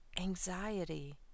anxiety